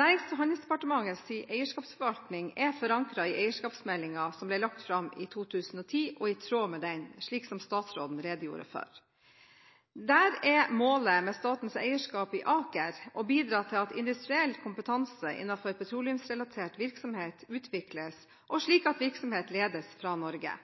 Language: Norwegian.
Nærings- og handelsdepartementets eierskapsforvaltning er forankret i eierskapsmeldingen som ble lagt fram i 2010, og er i tråd med den, slik som statsråden redegjorde for. Der er målet med statens eierskap i Aker «å bidra til at industriell kompetanse innenfor petroleumsrelatert virksomhet utvikles og at slik virksomhet ledes fra Norge.